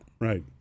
Right